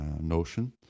notion